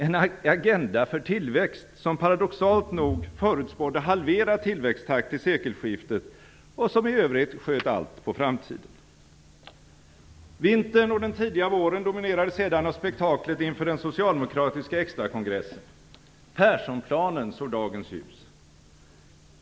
En agenda för tillväxt, som paradoxalt nog förutspådde halverad tillväxttakt till sekelskiftet och som i övrigt sköt allt på framtiden. Vintern och den tidiga våren dominerades sedan av spektaklet inför den socialdemokratiska extrakongressen. Persson-planen såg dagens ljus.